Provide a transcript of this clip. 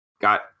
got